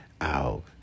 out